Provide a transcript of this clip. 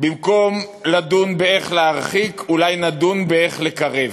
במקום לדון איך להרחיק, אולי נדון איך לקרב,